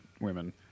women